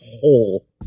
hole